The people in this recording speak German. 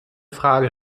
frage